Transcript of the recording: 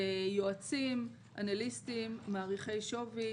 יועצים אנליסטיים מעריכי שווי,